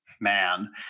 man